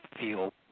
feel